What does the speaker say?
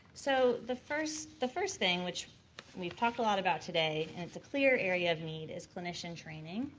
so the first the first thing, which we've talked a lot about today, and it's a clear area of need is clinician training.